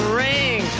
ring